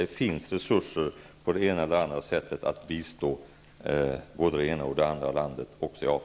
Det finns resurser att på det ena eller andra sättet bistå olika länder också i Afrika.